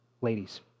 Ladies